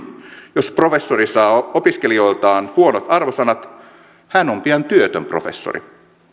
jos professori saa opiskelijoiltaan huonot arvosanat hän on pian työtön professori